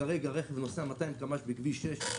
כרגע רכב נוסע 200 קמ"ש בכביש 6,